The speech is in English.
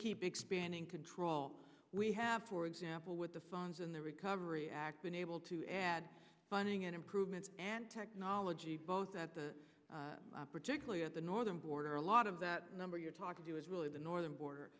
keep expanding control we have for example with the phones in the recovery act been able to add funding and improvements and technology both at the particularly at the northern border a lot of that number you're talking to is really the northern border